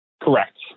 Correct